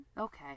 okay